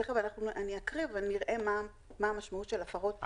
תיכף אני אקריא ונראה מה המשמעות של הפרות בנסיבות מחמירות.